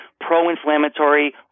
pro-inflammatory